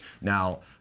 Now